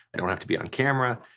i don't have to be on camera,